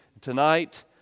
tonight